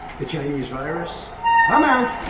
the chinese virus i'm out.